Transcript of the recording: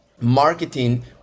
Marketing